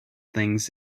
things